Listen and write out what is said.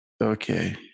okay